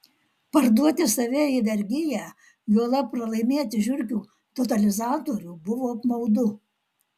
parduoti save į vergiją juolab pralaimėti žiurkių totalizatorių buvo apmaudu